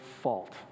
fault